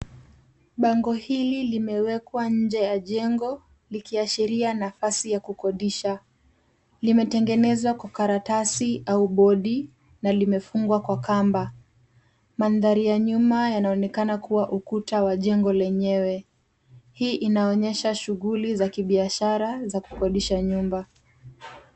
Bango hili limewekwa nje ya jengo, likiashiria nafasi ya kukodisha. Limetengenezwa kwa karatasi au bodi, na limefungwa kwa kamba. Mandhari ya nyuma yanaonekana kuwa ukuta wa jengo lenyewe. Hii inaonyesha shughuli za kibiashara, za kukodisha nyumba.